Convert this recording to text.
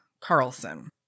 Carlson